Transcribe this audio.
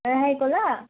राखेको ल